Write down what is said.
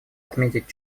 отметить